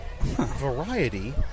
variety